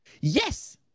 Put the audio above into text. Yes